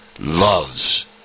loves